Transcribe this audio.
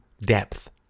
depth